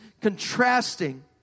contrasting